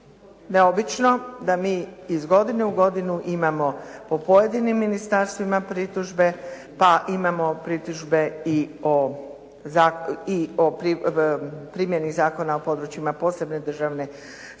neobično da mi iz godine u godinu imamo po pojedinim ministarstvima pritužbe, pa imamo pritužbe i o primjeni Zakona o područjima posebne državne skrbi